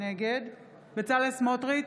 נגד בצלאל סמוטריץ'